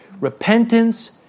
Repentance